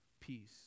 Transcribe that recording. peace